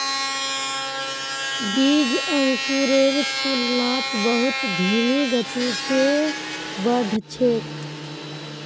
बीज अंकुरेर तुलनात बहुत धीमी गति स बढ़ छेक